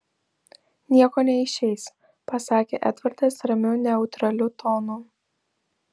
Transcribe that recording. nieko neišeis pasakė edvardas ramiu neutraliu tonu